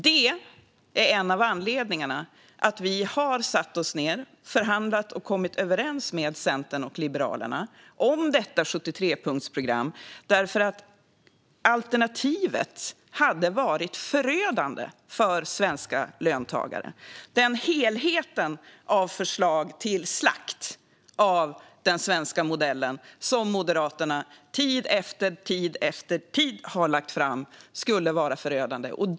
Det är en av anledningarna till att vi har satt oss ned och förhandlat och kommit överens med Centern och Liberalerna om detta 73-punktsprogram. Alternativet hade nämligen varit förödande för svenska löntagare. Helheten av de förslag på slakt av den svenska modellen som Moderaterna tid efter tid har lagt fram skulle vara förödande.